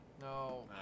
No